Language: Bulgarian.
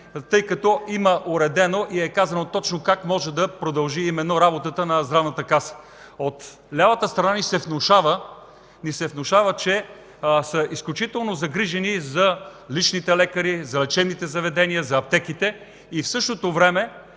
тъй като има уредено и е казано точно как може да продължи работата на Здравната каса. От лявата страна ни се внушава, че са изключително загрижени за личните лекари, за лечебните заведения и за аптеките и в същото време